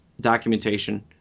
documentation